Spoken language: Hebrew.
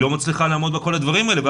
היא לא מצליחה לעמוד בכל הדברים האלה.